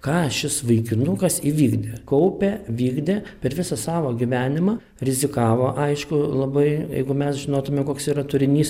ką šis vaikinukas įvykdė kaupė vykdė per visą savo gyvenimą rizikavo aišku labai jeigu mes žinotume koks yra turinys